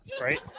right